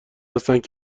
هستند